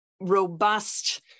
robust